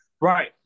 right